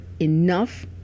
enough